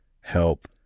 help